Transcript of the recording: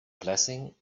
blessing